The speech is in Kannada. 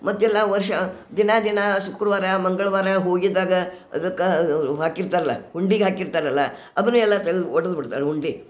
ಮತ್ತೆಲ್ಲಾ ವರ್ಷ ದಿನ ದಿನ ಶುಕ್ರವಾರ ಮಂಗಳವಾರ ಹೋಗಿದ್ದಾಗ ಅದಕ್ಕೆ ಹಾಕಿರ್ತಾರಲ್ಲ ಹುಂಡಿಗೆ ಹಾಕಿರ್ತಾರಲ್ಲ ಅದನ್ನೂ ಎಲ್ಲ ತೆಗ್ದು ಒಡುದು ಬಿಡ್ತಾರೆ ಹುಂಡಿ